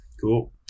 Cool